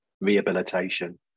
rehabilitation